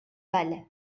val